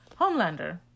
Homelander